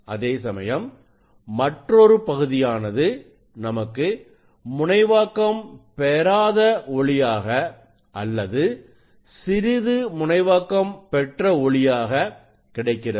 அதேசமயம் மற்றொரு பகுதியானது நமக்கு முனைவாக்கம் பெறாத ஒளியாக அல்லது சிறிது முனைவாக்கம் பெற்ற ஒளியாக கிடைக்கிறது